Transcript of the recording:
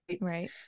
right